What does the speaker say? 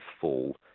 fall